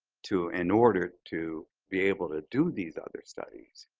to in order to be able to do these other studies,